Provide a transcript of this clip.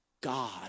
God